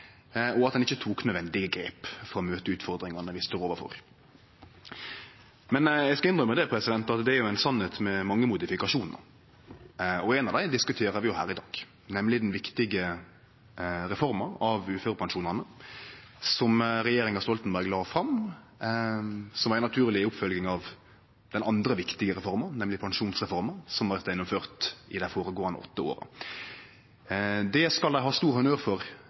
og at ein ikkje tok nødvendige grep for å møte utfordringane vi står overfor. Men eg skal innrømme at det er ei sanning med mange modifikasjonar, og ein av dei diskuterer vi her i dag, nemleg den viktige reforma av uførepensjonane som regjeringa Stoltenberg la fram som ei naturleg oppfølging av den andre viktige reforma, nemleg pensjonsreforma, som vart gjennomført i dei føregåande åtte åra. Det skal dei ha stor honnør for,